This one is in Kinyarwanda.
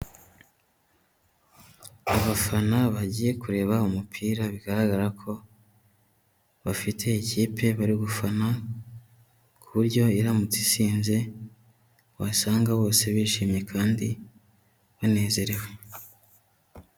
Abafana bagiye kureba umupira, bigaragara ko bafite ikipe bari gufana, ku buryo iramutse itsinze wasanga bose bishimye kandi banezerewe.